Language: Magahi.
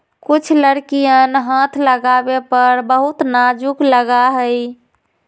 कुछ लकड़ियन हाथ लगावे पर बहुत नाजुक लगा हई